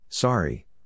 Sorry